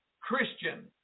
christian